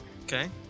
Okay